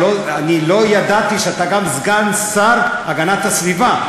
אני לא ידעתי שאתה גם סגן השר להגנת הסביבה.